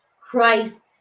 Christ